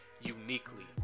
uniquely